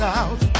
out